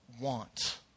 want